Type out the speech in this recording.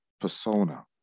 persona